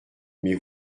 mais